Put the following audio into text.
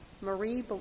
Marie